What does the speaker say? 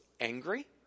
angry